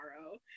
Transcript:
tomorrow